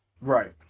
right